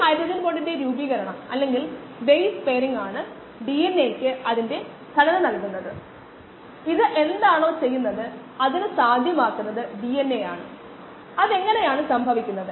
അതിനാൽ അവ ലഭ്യമായ ഓൺലൈൻ രീതികളാണ് ചിലത് ലഭ്യമാണ് എന്നാൽ ഓഫ് ലൈനാണ് ഏറ്റവും കൂടുതൽ ഉപയോഗിക്കുന്നത് എന്നിരുന്നാലും നമ്മൾ ഇപ്പോൾ സംസാരിച്ചതുപോലുള്ള ഓഫ് ലൈൻ സിസ്റ്റത്തിൽ ബുദ്ധിമുട്ടുകൾ ഉണ്ട്